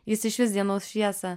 jis išvys dienos šviesą